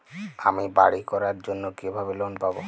আমি বাড়ি করার জন্য কিভাবে লোন পাব?